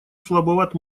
слабоват